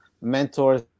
mentors